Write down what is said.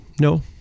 No